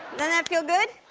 that feel good?